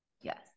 Yes